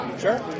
Sure